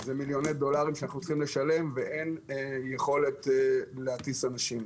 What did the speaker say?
אלו מיליוני דולרים שאנחנו צריכים לשלם ואין יכולת להטיס אנשים.